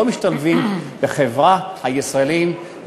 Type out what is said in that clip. לא משתלבים בחברה הישראלית,